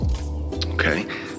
Okay